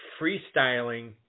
freestyling